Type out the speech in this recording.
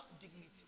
dignity